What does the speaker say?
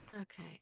Okay